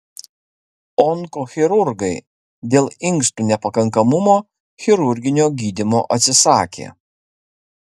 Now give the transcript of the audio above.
onkochirurgai dėl inkstų nepakankamumo chirurginio gydymo atsisakė